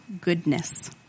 goodness